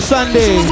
Sunday